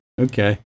okay